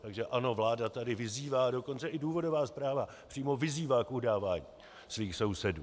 Takže ano, vláda tady vyzývá, dokonce i důvodová zpráva přímo vyzývá k udávání svých sousedů.